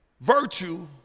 virtue